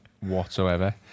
whatsoever